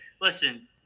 Listen